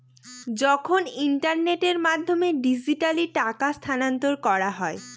যখন ইন্টারনেটের মাধ্যমে ডিজিট্যালি টাকা স্থানান্তর করা হয়